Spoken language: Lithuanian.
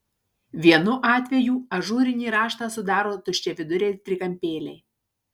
vienu atvejų ažūrinį raštą sudaro tuščiaviduriai trikampėliai